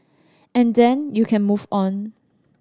and then you can move on